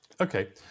Okay